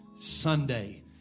Sunday